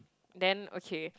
then okay